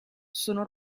sono